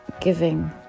giving